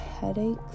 headaches